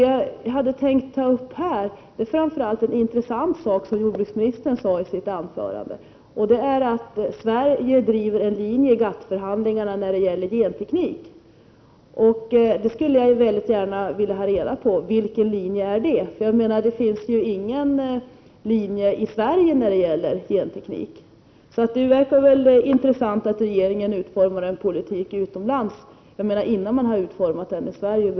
Jag hade tänkt ta upp en intressant fråga som jordbruksministern nämnde i sitt anförande, nämligen att Sverige driver en linje i GATT-förhandlingarna när det gäller genteknik. Jag vill då gärna ha reda på vilken linje man driver. Det drivs ju inte någon linje i Sverige när det gäller genteknik. Det låter intressant att Sverige utformar en politik utomlands, innan man över huvud taget har utformat någon i Sverige.